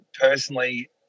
personally